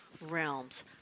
realms